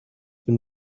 been